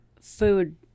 Food